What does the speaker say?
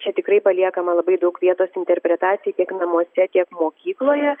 čia tikrai paliekama labai daug vietos interpretacijai tiek namuose tiek mokykloje